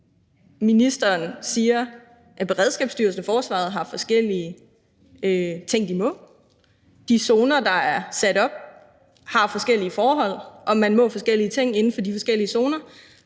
ministeren siger, at Beredskabsstyrelsen og forsvaret har forskellige ting, de må, at der i de zoner, der er sat op, er forskellige forhold, og at man må forskellige ting inden for de forskellige zoner.